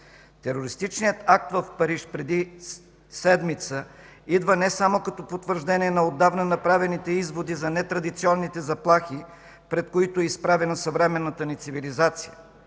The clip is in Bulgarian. Терористичният акт в Париж преди седмица идва не само като потвърждение на отдавна направените изводи за нетрадиционните заплахи, пред които е изправена съвременната ни цивилизация.